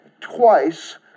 twice